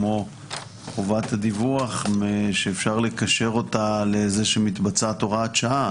כמו חובת הדיווח שאפשר לקשר אותה לזה שמתבצעת הוראת שעה,